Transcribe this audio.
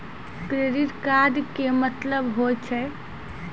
Credit card के मतलब होय छै?